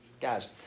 Guys